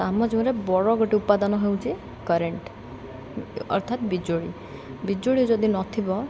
ଆମ ଜୀବନରେ ବଡ଼ ଗୋଟେ ଉପାଦାନ ହେଉଛି କରେଣ୍ଟ୍ ଅର୍ଥାତ ବିଜୁଳି ବିଜୁଳି ଯଦି ନଥିବ